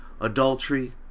adultery